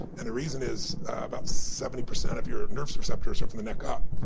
and the reason is about seventy percent of your nervous receptors are from the neck ah up.